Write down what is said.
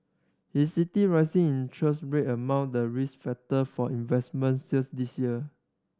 he city rising interest rate among the risk factor for investment sales this year